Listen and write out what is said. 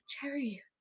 cherry